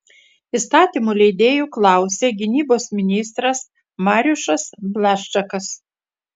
įstatymų leidėjų klausė gynybos ministras mariušas blaščakas